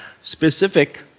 specific